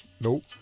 Nope